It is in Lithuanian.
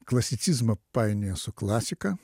klasicizmą painioja su klasika